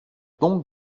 donc